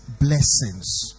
blessings